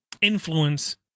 influence